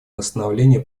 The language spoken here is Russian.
восстановления